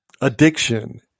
Addiction